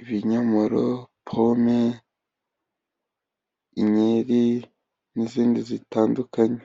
ibinyomoro, pome, inkeri n'izindi zitandukanye.